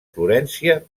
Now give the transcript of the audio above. florència